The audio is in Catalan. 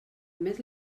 més